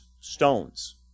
stones